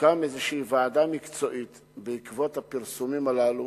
שתוקם איזו ועדה מקצועית בעקבות הפרסומים הללו,